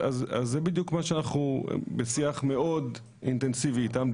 אז זה בדיוק מה שאנחנו בשיח מאוד אינטנסיבי איתם,